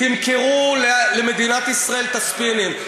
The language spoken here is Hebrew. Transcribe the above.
תמכרו למדינת ישראל את הספינים.